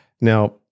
Now